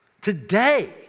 Today